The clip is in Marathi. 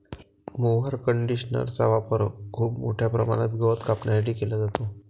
मोवर कंडिशनरचा वापर खूप मोठ्या प्रमाणात गवत कापण्यासाठी केला जातो